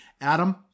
Adam